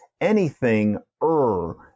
anything-er